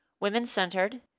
Women-centered